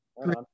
Great